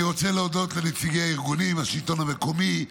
אני רוצה להודות לנציגי הארגונים, השלטון המקומי,